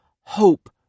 hope